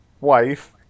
wife